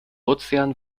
ozean